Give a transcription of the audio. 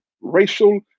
racial